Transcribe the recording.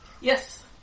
Yes